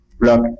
block